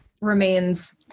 remains